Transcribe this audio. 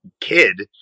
kid